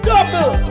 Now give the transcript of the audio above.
Double